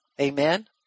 Amen